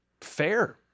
fair